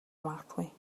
магадгүй